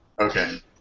Okay